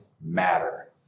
matter